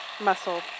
muscle